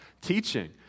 teaching